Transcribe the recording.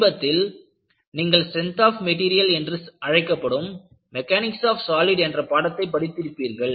சமீபத்தில் நீங்கள் strength of materials என்று அழைக்கப்படும் மெக்கானிக்ஸ் ஆப் சாலிட்ஸ் என்ற பாடத்தை படித்து இருப்பீர்கள்